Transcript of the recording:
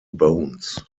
bones